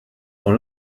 dans